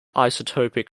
isotopic